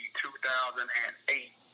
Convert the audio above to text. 2008